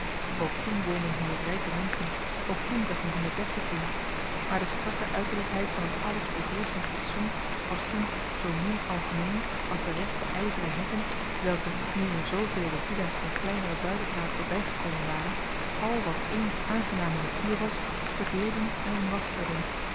ook toen woonden hier rijke menschen ook toen zag men hier deftig doen maar de strakke uiterlijkheid van een alles beheerschend fatsoen was hier toen zoo min algemeen als de rechte ijzeren hekken welke nu er zoovele villa's en kleinere buitenplaatsen bijgekomen waren al wat eens aangename natuur was verdeelden en